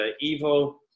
evil